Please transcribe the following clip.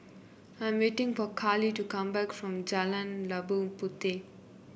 I'm waiting for Carley to come back from Jalan Labu Puteh